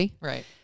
Right